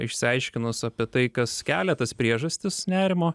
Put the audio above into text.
išsiaiškinus apie tai kas kelia tas priežastis nerimo